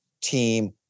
team